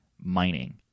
mining